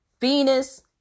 Venus